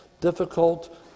difficult